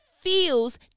feels